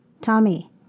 Tommy